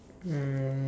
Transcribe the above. um